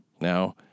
Now